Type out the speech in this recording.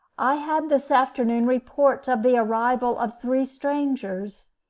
i had this afternoon report of the arrival of three strangers,